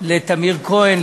לטמיר כהן,